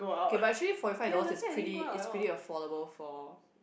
okay but actually forty five dollars is pretty is pretty affordable for